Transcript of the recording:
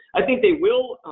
i think they will,